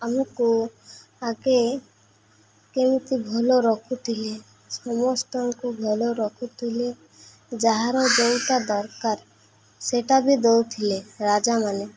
ଆମକୁ ଆଗେ କେମିତି ଭଲ ରଖୁଥିଲେ ସମସ୍ତଙ୍କୁ ଭଲ ରଖୁଥିଲେ ଯାହାର ଯେଉଁଟା ଦରକାର ସେଟା ବି ଦେଉଥିଲେ ରାଜାମାନେ